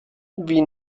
wie